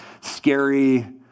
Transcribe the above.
scary